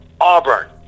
Auburn